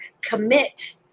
commit